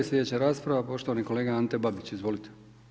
Slijedeća rasprava, poštovani kolega Ante Babić, izvolite.